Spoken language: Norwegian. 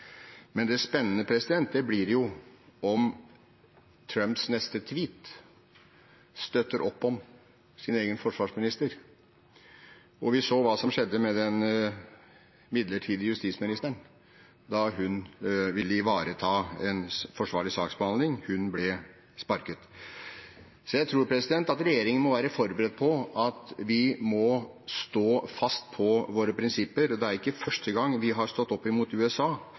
Men det som blir spennende, er om Trump i sin neste «tweet» støtter opp om sin egen forsvarsminister. Vi så hva som skjedde med den midlertidige justisministeren da hun ville ivareta en forsvarlig saksbehandling – hun ble sparket. Jeg tror at regjeringen må være forberedt på at vi må stå fast på våre prinsipper. Det er ikke første gang vi har stått opp imot USA